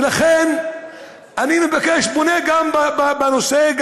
ולכן אני פונה בנושא,